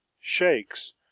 shakes